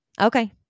Okay